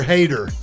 Hater